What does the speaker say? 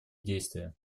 действия